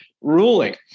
ruling